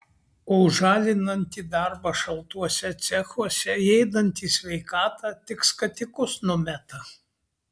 o už alinantį darbą šaltuose cechuose ėdantį sveikatą tik skatikus numeta